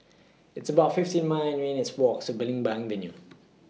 It's about fifty nine minutes' Walk to Belimbing Avenue